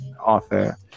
author